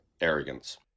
arrogance